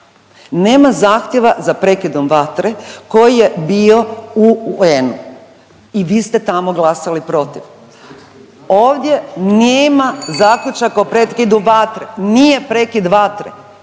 Nema zahtjeva za prekidom vatre koji je bio u UN-u. I vi ste tamo glasali protiv. Ovdje nema zaključaka o prekidu vatre! Nije prekid vatre